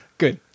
Good